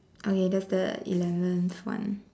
okay that's the eleventh one